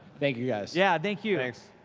thank you, guys. yeah, thank you. thanks.